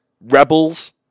rebels